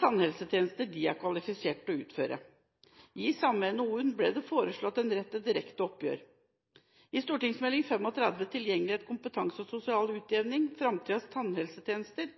tannhelsetjenester de er kvalifisert til å utføre. I samme NOU ble det også foreslått en rett til direkte oppgjør. I St.meld. nr. 35 for 2006–2007, Tilgjengelighet, kompetanse og sosial utjevning Framtidas tannhelsetjenester,